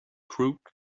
crook